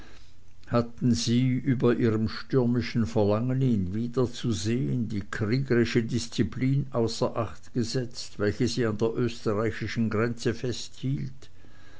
hatten sie über ihrem stürmischen verlangen ihn wiederzusehen die kriegerische disziplin außer acht gesetzt welche sie an der österreichischen grenze festhielt